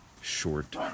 short